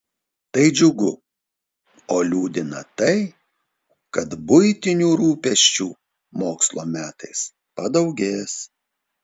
tai džiugu o liūdina tai kad buitinių rūpesčių mokslo metais padaugės